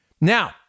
Now